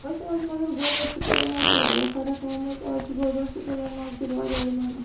وۄنۍ چھِ آز مگر گورمیٚنٹ سکوٗلن منٛز تہِ وارِیاہ فرق آمٕژ آز چھُ گورمیٚنٛٹ سکوٗلن منٛز تہِ وارِیاہ یِمن